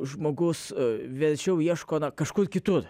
žmogus verčiau ieško na kažkur kitur